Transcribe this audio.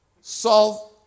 solve